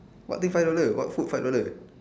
what thing five dollar what food five dollar